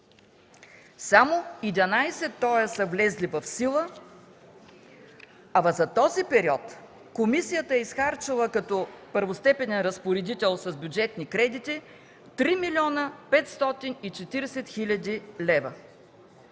Само 11 са влезли в сила, а за този период комисията е изхарчила като първостепенен разпоредител с бюджетни кредити 3 млн. 540 хил. лв.